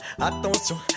Attention